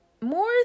more